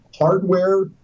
hardware